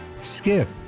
skip